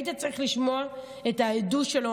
היית צריך לשמוע את העדות שלו.